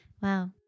Wow